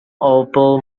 opal